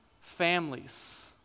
families